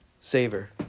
savor